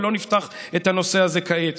ולא נפתח את הנושא הזה כעת.